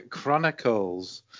Chronicles